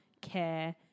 care